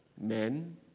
men